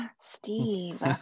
Steve